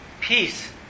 peace